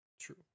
True